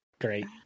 Great